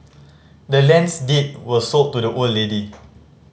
the land's deed was sold to the old lady